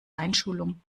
einschulung